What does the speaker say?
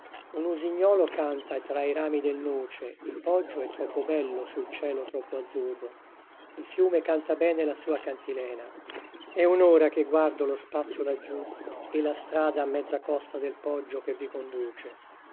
un usignolo canta tra i rami del noce il poggio è troppo bello sul cielo troppo azzurro il fiume canta bene la sua cantilena è un'ora che guardo lo spazio laggiù e la strada a mezza costa del poggio che vi conduce